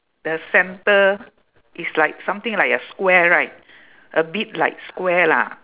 the centre is like something like a square right a bit like square lah